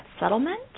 settlement